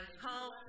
home